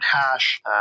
hash